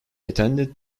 attended